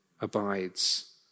abides